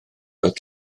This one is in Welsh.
oedd